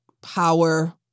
power